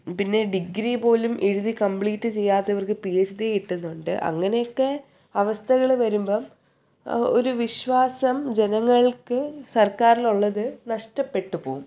പിന്നെ ഡിഗ്രി പോലും എഴുതി കംപ്ലീറ്റ് ചെയ്യാത്തവർക്ക് പി എച്ച് ഡി കിട്ടുന്നുണ്ട് അങ്ങനെയൊക്കെ അവസ്ഥകൾ വരുമ്പം ഒരു വിശ്വാസം ജനങ്ങൾക്ക് സർക്കാരിലുള്ളത് നഷ്ടപ്പെട്ടുപോവും